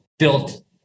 built